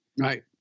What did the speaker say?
Right